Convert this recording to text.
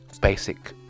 basic